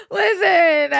listen